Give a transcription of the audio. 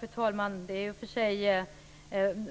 Fru talman! Det är i och för sig